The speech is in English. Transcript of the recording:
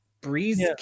breeze